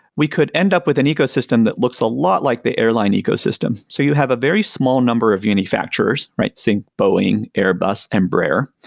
we could end up with an ecosystem that looks a lot like the airline ecosystem. so you have a very small number of manufacturers, say boeing, airbus, embraer.